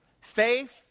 faith